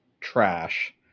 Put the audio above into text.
trash